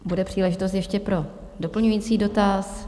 Bude příležitost ještě pro doplňující dotaz.